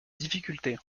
difficultés